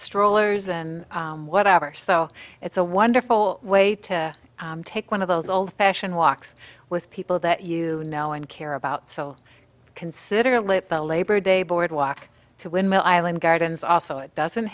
strollers and whatever so it's a wonderful way to take one of those old fashioned walks with people that you know and care about so consider let the labor day board walk to windmill island gardens also it doesn't